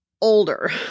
older